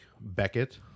Beckett